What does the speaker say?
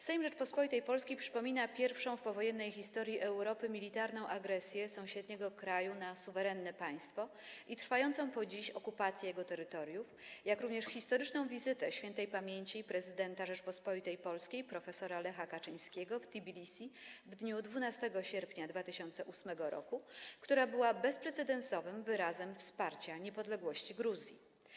Sejm Rzeczypospolitej Polskiej przypomina pierwszą w powojennej historii Europy militarną agresję sąsiedniego kraju na suwerenne państwo i trwającą po dziś okupację jego terytoriów, jak również historyczną wizytę śp. Prezydenta Rzeczypospolitej Polskiej Lecha Kaczyńskiego w Tbilisi w dniu 12 sierpnia 2008 r., która była bezprecedensowym wyrazem wsparcia niepodległości Gruzji.